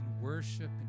worship